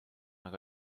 aga